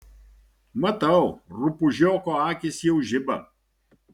matau rupūžioko akys jau žiba